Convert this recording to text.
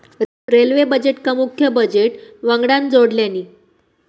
railway बजेटका मुख्य budget वंगडान जोडल्यानी